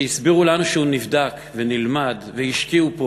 שהסבירו לנו שהוא נבדק ונלמד והשקיעו בו